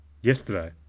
Yesterday